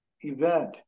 event